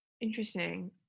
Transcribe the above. Interesting